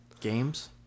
Games